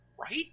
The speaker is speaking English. right